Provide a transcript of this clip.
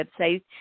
website